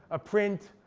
a print,